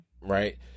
Right